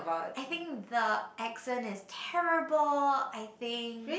I think the accent is terrible I think